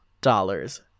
dollars